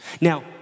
Now